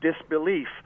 disbelief